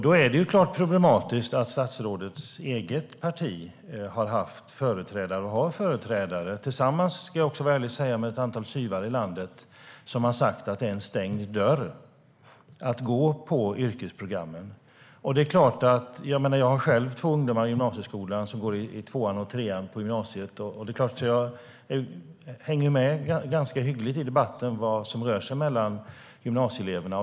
Då är det klart problematiskt att statsrådets eget parti har företrädare som tillsammans - det ska jag vara ärlig och säga - med ett antal SYV:are i landet säger: Det är en stängd dörr att läsa yrkesprogrammen. Jag har själv två ungdomar i gymnasieskolan. De går i tvåan och trean i gymnasiet. Jag hänger med ganska hyggligt i debatten om vad som rör sig mellan gymnasieeleverna.